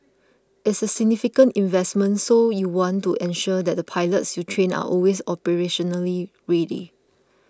it's a significant investment so you want to ensure that the pilots you train are always operationally ready